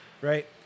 right